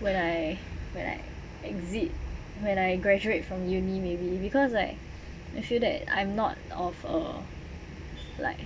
when I when I exit when I graduate from uni maybe because like I feel that I'm not of a like